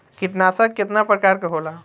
कीटनाशक केतना प्रकार के होला?